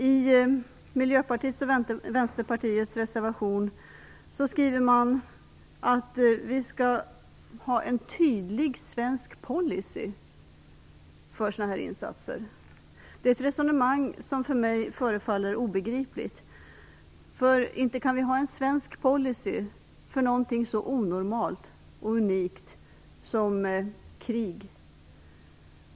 I Miljöpartiets och Vänsterpartiets gemensamma reservation skriver man att det skall vara en tydlig svensk policy för sådana här insatser. Detta resonemang förefaller mig obegripligt. Inte kan vi väl ha en svensk policy för någonting så onormalt och unikt som krig?